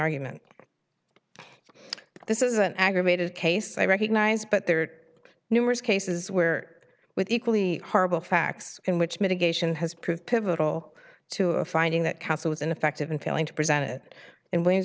argument this is an aggravated case i recognize but there are numerous cases where with equally horrible facts in which mitigation has proved pivotal to a finding that counsel was ineffective in failing to present it in ways